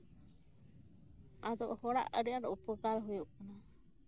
ᱟᱫᱚ ᱦᱚᱲᱟᱜ ᱟᱹᱰᱤ ᱟᱸᱴ ᱩᱯᱚᱠᱟᱨ ᱦᱩᱭᱩᱜ ᱠᱟᱱᱟ